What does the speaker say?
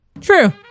True